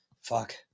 Fuck